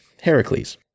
Heracles